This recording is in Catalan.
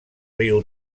riu